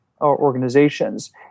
organizations